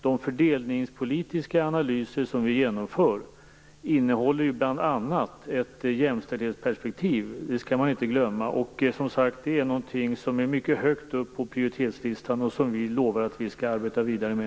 De fördelningspolitiska analyser som vi genomför innehåller bl.a. ett jämställdhetsperspektiv, det skall man inte glömma. Det är någonting som är mycket högt upp på prioriteringslistan och som vi lovar att vi skall arbeta vidare med.